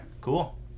Cool